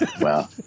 Wow